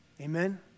Amen